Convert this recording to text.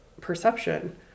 perception